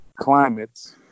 climates